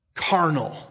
carnal